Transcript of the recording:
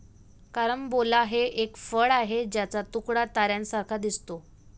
carambola हे एक फळ आहे ज्याचा तुकडा ताऱ्यांसारखा दिसतो